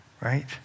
Right